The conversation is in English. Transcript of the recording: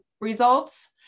results